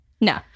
No